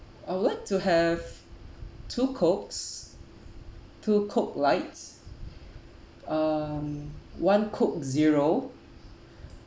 I would like to have two cokes two coke lights um one coke zero